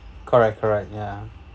correct correct ya